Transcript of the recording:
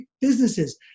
businesses